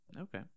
Okay